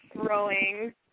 growing